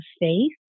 faith